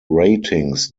ratings